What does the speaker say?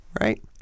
right